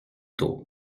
tour